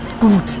gut